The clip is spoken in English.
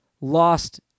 lost